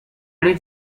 did